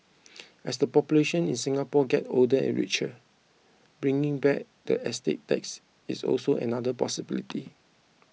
as the population in Singapore get older and richer bringing back the estate tax is also another possibility